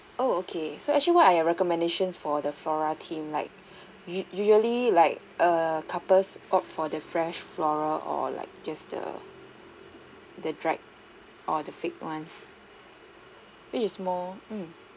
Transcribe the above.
oh okay so actually what are your recommendations for the flora theme like usu~ usually like err couples opt for the fresh flower or like just the the dried or the fake ones which is more mm